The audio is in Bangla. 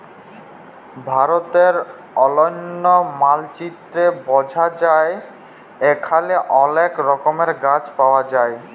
ভারতের অলন্য মালচিত্রে বঝা যায় এখালে অলেক রকমের গাছ পায়া যায়